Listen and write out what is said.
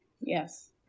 Yes